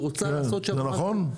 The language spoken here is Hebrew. נכון.